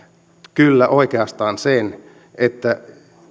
kyllä oikeastaan sen että